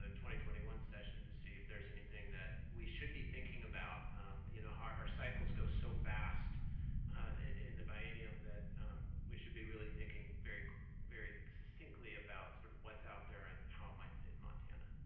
ah twenty twenty one session to see if there's anything that we should be thinking about. you know how our cycles go so fast in the biennium that we should be really thinking very very succinctly about sorta sort of what's out there and how it might fit in montana.